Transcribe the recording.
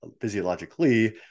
physiologically